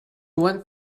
went